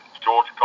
George